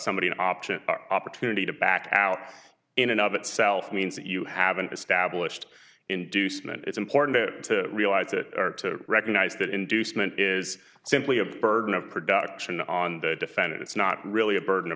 somebody an option opportunity to back out in and of itself means that you haven't established inducement it's important to realize it or to recognize that inducement is simply a burden of production on the defendant it's not really a burden